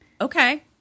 Okay